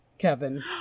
Kevin